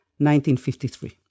1953